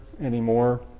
anymore